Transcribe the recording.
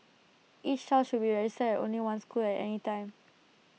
each child should be registered at only one school at any time